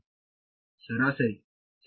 ಸರಾಸರಿ ಸರಿ